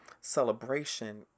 celebration